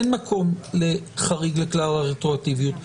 אין מקום לחריג לכלל הרטרואקטיביות.